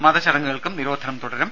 മത ചടങ്ങുകൾക്കും നിരോധനം തുടരും